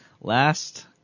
Last